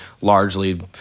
largely